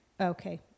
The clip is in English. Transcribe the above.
okay